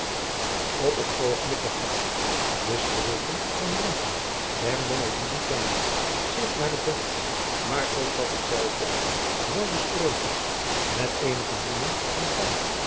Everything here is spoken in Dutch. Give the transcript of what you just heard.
p het oogenblik begaf hij de streken en ranken der jongelieden kennende zich naar het bedde maar vond dat hetzelve wel bestrooid was met eenige bloemen en palm